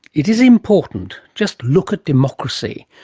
it is important. just look at democracy.